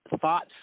thoughts